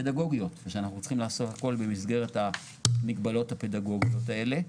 פדגוגיות ושאנחנו צריכים לעשות הכול במסגרת המגבלות הפדגוגיות האלה.